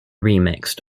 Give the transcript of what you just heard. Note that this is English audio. remixed